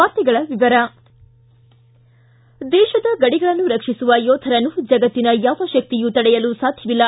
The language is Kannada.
ವಾರ್ತೆಗಳ ವಿವರ ದೇಶದ ಗಡಿಗಳನ್ನು ರಕ್ಷಿಸುವ ಯೋಧರನ್ನು ಜಗತ್ತಿನ ಯಾವ ಶಕ್ತಿಯೂ ತಡೆಯಲು ಸಾಧ್ಯವಿಲ್ಲ